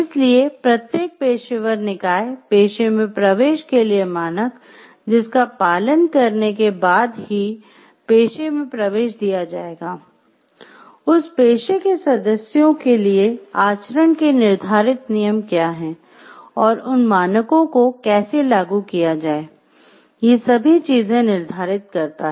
इसीलिये प्रत्येक पेशेवर निकाय पेशे में प्रवेश के लिए मानक जिसका पालन करने के बाद ही पेशे में प्रवेश दिया जाएगा उस पेशे के सदस्यों के लिए आचरण के निर्धारित नियम क्या हैं और उन मानकों को कैसे लागू किया जाए ये सभी चीजे निर्धारित करता है